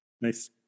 Nice